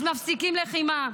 אז מפסיקים לחימה.